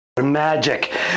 magic